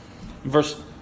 verse